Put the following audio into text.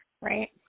right